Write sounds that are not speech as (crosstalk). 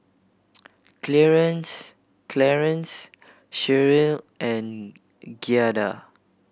(unintelligible) Clearence Cherryl and Giada